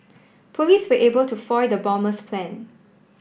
police were able to foil the bomber's plan